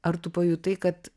ar tu pajutai kad